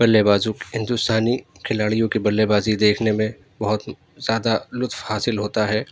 بلے بازک ہندوستانی کھلاڑیوں کی بلے بازی دیکھنے میں بہت زیادہ لطف حاصل ہوتا ہے